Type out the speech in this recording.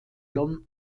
london